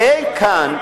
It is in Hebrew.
אין כאן,